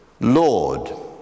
Lord